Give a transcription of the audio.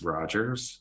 Rogers